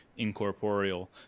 Incorporeal